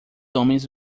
homens